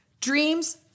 dreams